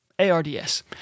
ARDS